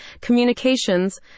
communications